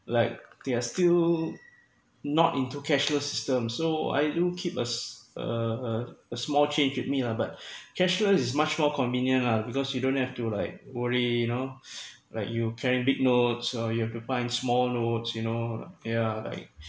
like they are still not into cashless system so I do keep us uh a small change it me lah but cashless is much more convenient lah because you don't have to like worry you know like you carrying big notes or you have to find small notes you know yeah like